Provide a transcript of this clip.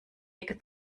ecke